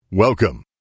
Welcome